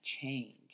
change